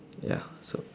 ya so